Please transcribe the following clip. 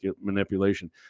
manipulation